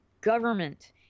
government